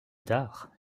tard